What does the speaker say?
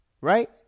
right